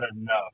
enough